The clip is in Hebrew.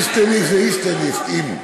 איסטניס זה איסטניס, אם.